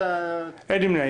4 בעד, 10 נגד, אין נמנעים.